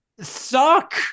suck